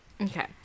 Okay